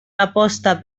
aposta